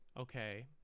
okay